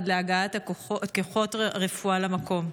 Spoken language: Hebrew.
עד להגעת כוחות רפואה למקום.